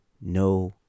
no